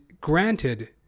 granted